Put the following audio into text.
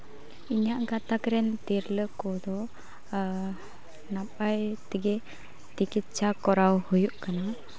ᱤᱧᱟᱹᱜ ᱜᱟᱛᱟᱠ ᱨᱮᱱ ᱛᱤᱨᱞᱟᱹ ᱠᱚᱫᱚ ᱱᱟᱯᱟᱭ ᱛᱮᱜᱮ ᱛᱤᱠᱤᱪᱪᱷᱟ ᱠᱚᱨᱟᱣ ᱦᱩᱭᱩᱜ ᱠᱟᱱᱟ